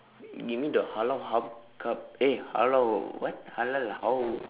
you give me the halal hub cub eh halal what halal hao h~